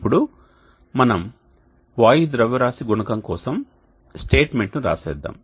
ఇప్పుడు మనం వాయు ద్రవ్యరాశి గుణకం కోసం స్టేట్మెంట్ను రాసేద్దాం